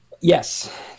yes